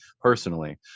personally